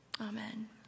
Amen